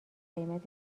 قیمت